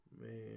Man